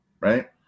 right